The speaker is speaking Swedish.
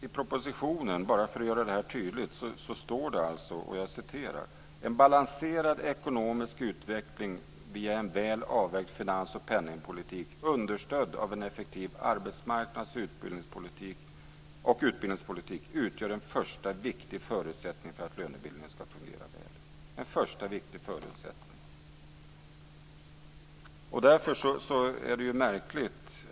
I proposition, bara för att göra det här tydligt, står det: "En balanserad ekonomisk utveckling via en väl avvägd finans och penningpolitik understödd av en effektiv arbetsmarknads och utbildningspolitik utgör en första viktig förutsättning för att lönebildningen ska fungera väl" - en första viktig förutsättning alltså.